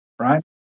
right